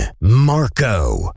Marco